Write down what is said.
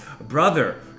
brother